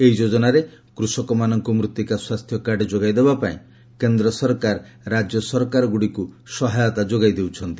ଏହି ଯୋଜନାରେ କୃଷକମାନଙ୍କୁ ମୃଭିକା ସ୍ୱାସ୍ଥ୍ୟକାର୍ଡ ଯୋଗାଇଦେବା ପାଇଁ କେନ୍ଦ୍ର ସରକାର ରାଜ୍ୟସରକାରଗୁଡ଼ିକୁ ସହାୟତା ଯୋଗାଇ ଦେଉଛନ୍ତି